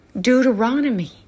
Deuteronomy